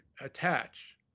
attach